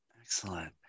Excellent